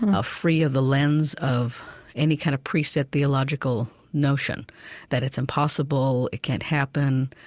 ah free of the lens of any kind of preset theological notion that it's impossible, it can't happen,